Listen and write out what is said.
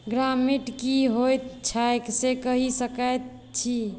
ग्रमेट की होइत छैक से कहि सकैत छी